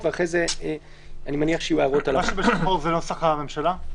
1. מה שבשחור זה נוסח הממשלה.